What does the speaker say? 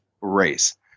race